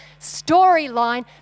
storyline